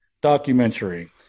documentary